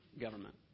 government